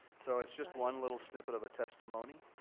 so it's just one little snippet of a testimony,